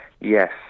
Yes